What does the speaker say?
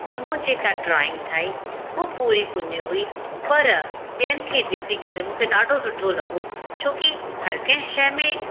त मूं जेका ड्रॉइंग ठाहीं उहो पूरी पुनी हुई पर ॿियनि खे ॾिसी करे मूंखे ॾाढो सुठो लॻो छो कि हर कंहिं शइ में